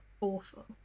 awful